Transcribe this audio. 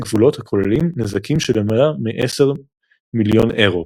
גבולות הכוללים נזקים של מעל 10 מיליון אירו.